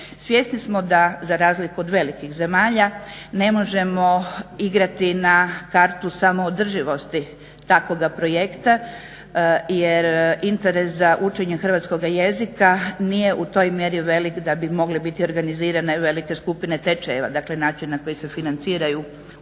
Svjesni smo da za razliku od velikih zemalja ne možemo igrati na kartu samoodrživosti takvoga projekta jer interes za učenje hrvatskoga jezika nije u toj mjeri velik da bi mogle biti organizirane velike skupine tečajeva. Dakle, način na koji se financiraju